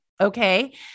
Okay